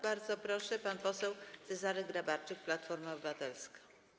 Bardzo proszę, pan poseł Cezary Grabarczyk, Platforma Obywatelska.